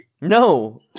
No